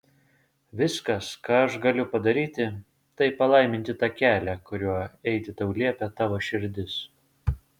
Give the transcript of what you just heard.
viskas ką aš galiu padaryti tai palaiminti tą kelią kuriuo eiti tau liepia tavo širdis